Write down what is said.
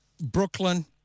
Brooklyn